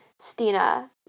Stina